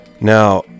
Now